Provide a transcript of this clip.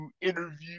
interview